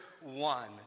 one